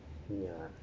ya